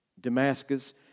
Damascus